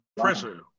pressure